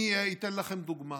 אתן לכם דוגמה.